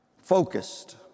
Focused